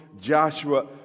Joshua